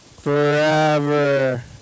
Forever